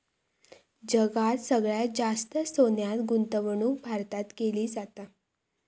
जगात सगळ्यात जास्त सोन्यात गुंतवणूक भारतात केली जाता